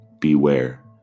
beware